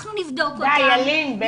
אנחנו נבדוק אותן,